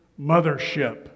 mothership